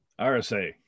RSA